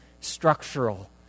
structural